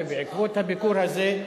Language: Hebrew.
ובעקבות הביקור הזה,